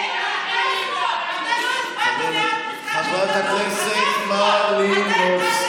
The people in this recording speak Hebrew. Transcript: אתה לא הסברת באף, חברת הכנסת מלינובסקי.